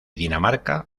dinamarca